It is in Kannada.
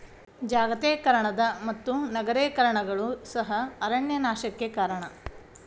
ಜಾಗತೇಕರಣದ ಮತ್ತು ನಗರೇಕರಣಗಳು ಸಹ ಅರಣ್ಯ ನಾಶಕ್ಕೆ ಕಾರಣ